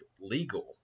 legal